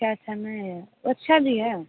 अच्छा अच्छा नहि है ओ अच्छा भी है